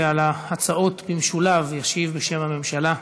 ועל ההצעות במשולב ישיב, בשם הממשלה,